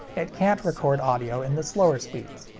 it can't record audio in the slower speeds.